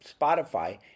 Spotify